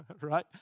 Right